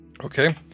Okay